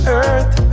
earth